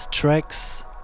tracks